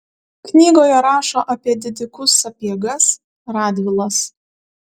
knygoje rašo apie didikus sapiegas radvilas